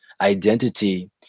identity